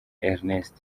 ernest